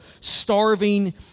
starving